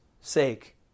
sake